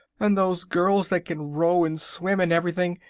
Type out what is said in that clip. and those girls that can row and swim and everything.